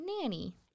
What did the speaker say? Nanny